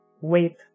wait